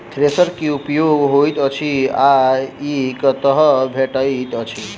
Thresher केँ की उपयोग होइत अछि आ ई कतह भेटइत अछि?